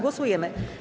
Głosujemy.